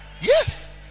Yes